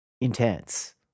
intense